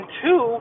two